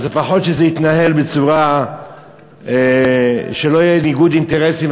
אז לפחות שזה יתנהל בצורה שלא יהיה ניגוד אינטרסים.